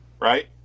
right